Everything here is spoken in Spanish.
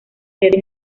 sede